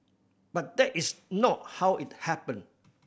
but that is not how it happened